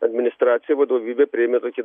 administracija vadovybė priėmė tokį